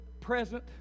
present